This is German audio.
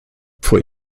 pfui